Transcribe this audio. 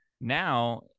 now